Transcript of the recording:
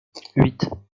huit